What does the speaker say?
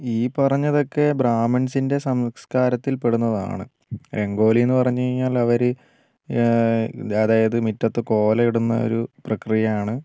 ഈ പറഞ്ഞതൊക്കെ ബ്രാഹ്മിൺസിന്റെ സംസ്കാരത്തിൽപ്പെടുന്നതാണ് രംഗോലി എന്നു പറഞ്ഞു കഴിഞ്ഞാൽ അവർ അതായത് മുറ്റത്ത് കോലമിടുന്ന ഒരു പ്രക്രിയയാണ്